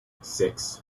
six